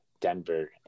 Denver